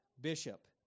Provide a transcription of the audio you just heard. bishop